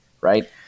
right